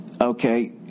Okay